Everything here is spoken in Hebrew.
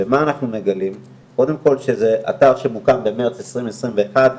גילינו קודם כול שזה אתר שהוקם במרץ 2021,